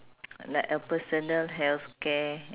like a personal healthcare